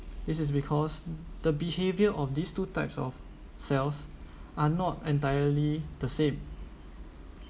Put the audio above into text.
this is because the behaviour of these two types of cells are not entirely the same